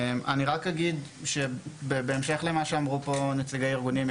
אני רק אגיד שבהמשך למה שאמרו פה נציגי הארגונים,